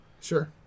Sure